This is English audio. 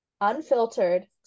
unfiltered